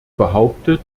behauptet